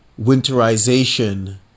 winterization